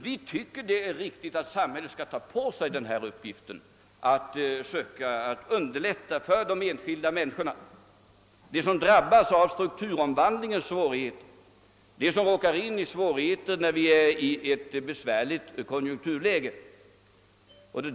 Vi tycker dock att det är riktigt att samhället skall ta på sig uppgiften att söka underlätta situationen för enskilda människor som drabbas av de svårigheter som strukturomvandlingen medför eller på grund av att det råder ett besvärligt konjunkturläge.